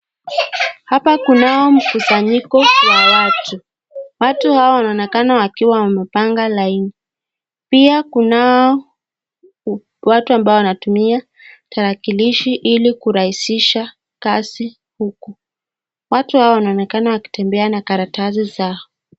Hapa kunayo mkusanyiko la watu. Watu hao wanaonekana wakiwa wamepanga laini. Pia kunao watu ambao wanatumia tarakilishi ili kurahisisha kazi huku. watu hawa wanaoneka wakitembea na karatasi zao.